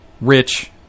rich